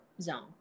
zone